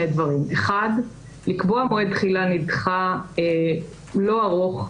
לקבוע מועד תחילה נדחה לא ארוך,